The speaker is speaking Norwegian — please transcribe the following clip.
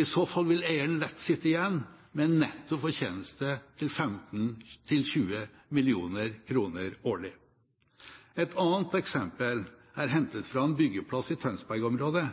I så fall vil eieren lett sitte igjen med en nettofortjeneste på 15–20 mill. kr årlig. Et annet eksempel er hentet fra en byggeplass i